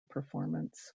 performance